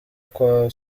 kwa